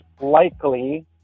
likely